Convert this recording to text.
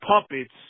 puppets